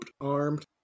armed